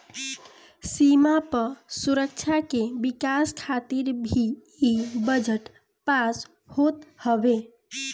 सीमा पअ सुरक्षा के विकास खातिर भी इ बजट पास होत हवे